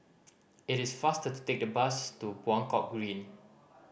it is faster to take the bus to Buangkok Green